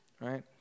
right